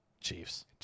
Chiefs